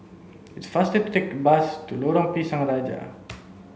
it's faster to take the bus to Lorong Pisang Raja